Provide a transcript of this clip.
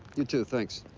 you, too. thanks.